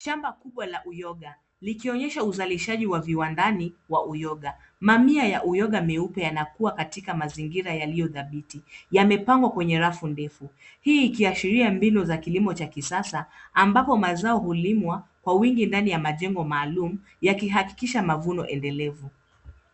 Shamba kubwa la uyoga likionyesha uzalishaji wa viwandani wa uyoga. Mamia ya uyoga meupe yanakua katika mazingira yaliyo dhabiti. Yamepangwa kwenye rafu ndefu. Hii ikiashiria mbinu ya kilimo cha kisasa, ambapo mazao hulimwa kwa wingi ndani ya majengo maalum yakihakikisha mavuno endelevu.